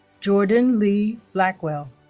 jordan lee blackwell